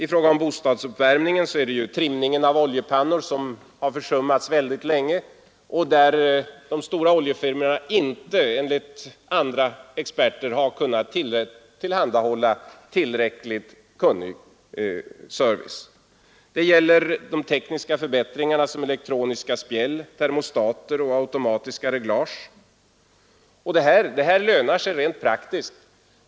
I fråga om bostadsuppvärmningen har trimningen av oljepannor försummats mycket länge, och där har de stora oljefirmorna enligt andra experter inte kunnat tillhandahålla tillräckligt kunnig service. Det gäller tekniska förbättringar som elektroniska spjäll, termostater och automatiska reglage. Detta lönar sig rent praktiskt.